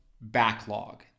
backlog